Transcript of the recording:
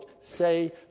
say